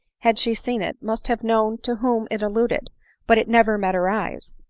had she seen it, must have known to whom it alluded but it never met her eyes,